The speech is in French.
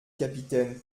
capitaine